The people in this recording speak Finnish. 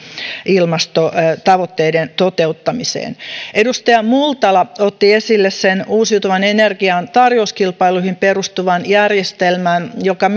ilmastotavoitteiden toteuttamiseen edustaja multala otti esille sen uusiutuvan energian tarjouskilpailuihin perustuvan järjestelmän joka